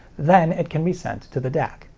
then it can be sent to the dac.